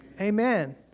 Amen